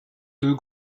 deux